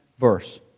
verse